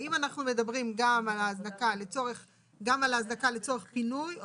האם אנחנו מדברים גם על ההזנקה לצורך פינוי או